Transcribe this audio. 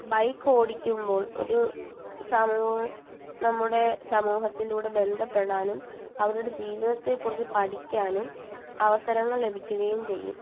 bike ഓടിക്കുമ്പോൾ ഒരു സമൂഹം നമ്മുടെ സമൂഹത്തിലൂടെ ബന്ധപ്പെടാനും അവരുടെ ജീവിതത്തെക്കുറിച്ച് പഠിക്കാനും അവസരങ്ങൾ ലഭിക്കുകയും ചെയ്യും